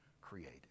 created